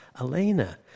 Elena